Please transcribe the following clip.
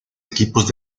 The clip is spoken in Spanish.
equipos